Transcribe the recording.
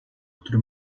który